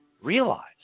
realize